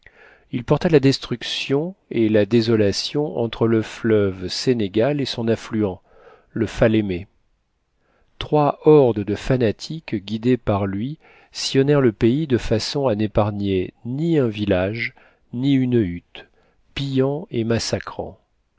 il porta la destruction et la désolation entre le fleuve sénégal et son affluent la falémé trois hordes de fanatiques guidées par lui sillonnèrent le pays de façon à n'épargner ni un village ni une hutte pillant et massacrant